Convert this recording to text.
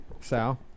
Sal